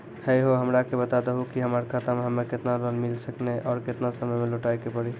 है हो हमरा के बता दहु की हमार खाता हम्मे केतना लोन मिल सकने और केतना समय मैं लौटाए के पड़ी?